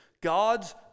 God's